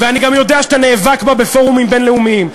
ואני גם יודע שאתה נאבק עליה בפורומים בין-לאומיים,